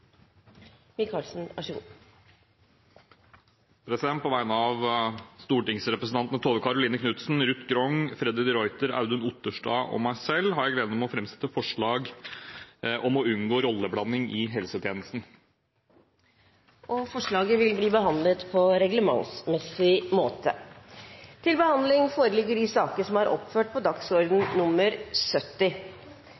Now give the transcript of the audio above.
Micaelsen vil framsette et representantforslag. På vegne av stortingsrepresentantene Tove Karoline Knutsen, Ruth Mari Grung, Freddy de Ruiter, Audun Otterstad og meg selv har jeg gleden av å framsette forslag om å unngå rolleblanding i helsetjenesten. Forslaget vil bli behandlet på reglementsmessig måte. Før sakene på dagens kart tas opp til behandling, vil presidenten opplyse om at møtet fortsetter utover kl. 16. På